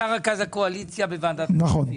אתה רכז הקואליציה בוועדת הכספים.